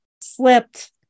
slipped